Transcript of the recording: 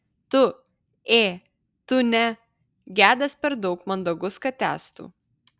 tu ė tu ne gedas per daug mandagus kad tęstų